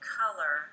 color